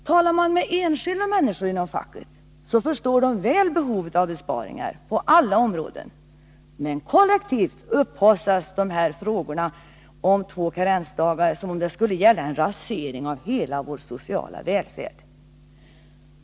Talar man med enskilda människor inom facket, förstår de väl behovet av besparingar på alla områden. Men kollektivt upphaussas frågan om två karensdagar som om det skulle gälla att rasera hela vår sociala välfärd.